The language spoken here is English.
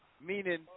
meaning